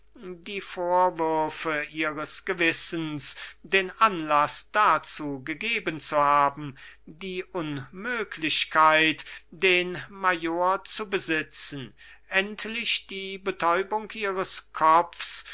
mindesten die vorwürfe ihres gewissens den anlaß dazu gegeben zu haben die unmöglichkeit den major zu besitzen endlich die betäubung ihres kopfs